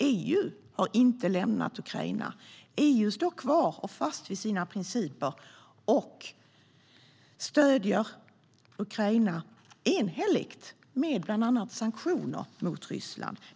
EU har inte lämnat Ukraina. EU står fast vid sina principer och stöder Ukraina enhälligt med hjälp av bland annat sanktioner mot Ryssland.